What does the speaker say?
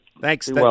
Thanks